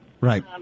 Right